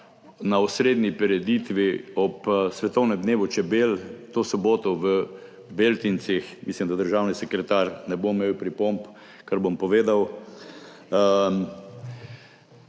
na osrednji prireditvi ob svetovnem dnevu čebel to soboto v Beltincih. Mislim, da državni sekretar ne bo imel pripomb na to, kar bom povedal.